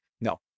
No